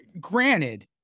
granted